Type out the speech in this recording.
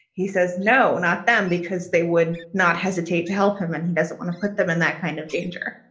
he says no, not them, because they would not hesitate to help him and he doesn't want to put them in that kind of danger.